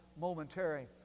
momentary